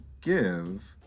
give